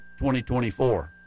2024